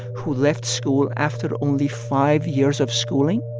who left school after only five years of schooling,